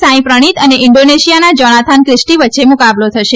સાંઈપ્રણિત અને ઇન્ડોનેશીયાના Jonathan Christie વચ્ચે મુકાબલો થશે